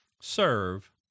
serve